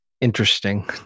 interesting